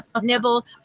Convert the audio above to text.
nibble